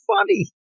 funny